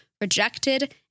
rejected